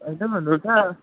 होइन भन्नु त